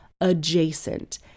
adjacent